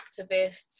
activists